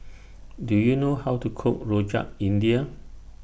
Do YOU know How to Cook Rojak India